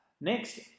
Next